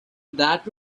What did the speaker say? that